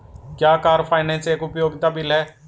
क्या car finance एक उपयोगिता बिल है?